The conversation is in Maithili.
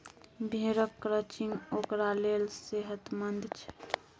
भेड़क क्रचिंग ओकरा लेल सेहतमंद छै